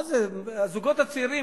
מה זה, הזוגות הצעירים,